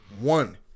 One